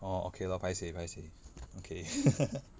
orh okay lor paiseh paiseh okay